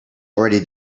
already